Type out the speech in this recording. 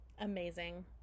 Amazing